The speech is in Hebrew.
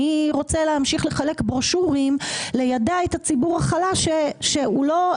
אני רוצה להמשיך לחלק ברושורים לידע את הציבור החלש שהוא לא,